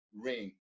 ring